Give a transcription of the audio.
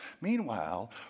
Meanwhile